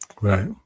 right